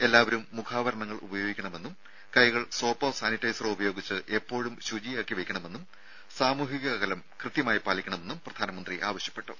എല്ലാവരും മുഖാവരണങ്ങൾ ഉപയോഗിക്കണമെന്നും കൈകൾ സോപ്പോ സാനിറ്റൈസറോ ഉപയോഗിച്ച് എപ്പോഴും ശുചിയാക്കി വെക്കണമെന്നും സാമൂഹ്യ അകലം കൃത്യമായി പാലിക്കണമെന്നും പ്രധാനമന്ത്രി ആവശ്യപ്പെട്ടു